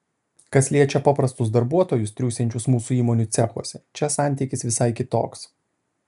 kas liečia paprastus darbuotojus triūsiančius mūsų įmonių cechuose čia santykis visai kitoks